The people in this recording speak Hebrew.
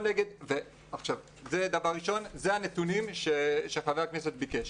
זה הנתונים שחבר הכנסת ביקש.